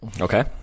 Okay